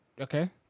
okay